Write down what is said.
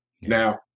now